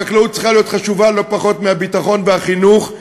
החקלאות צריכה להיות חשובה לא פחות מהביטחון והחינוך.